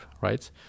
right